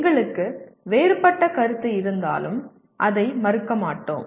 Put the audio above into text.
எங்களுக்கு வேறுபட்ட கருத்து இருந்தாலும் அதை மறுக்க மாட்டோம்